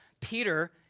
Peter